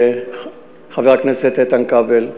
לקנא בחבר הכנסת איתן כבל.